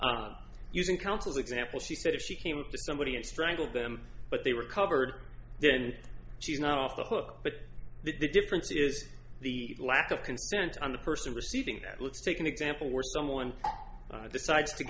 riding using council example she said if she came up to somebody and strangled them but they were covered then she's not off the hook but the difference is the lack of consent on the person receiving that let's take an example where someone decides to